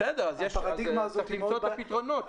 צריך למצוא את הפתרונות.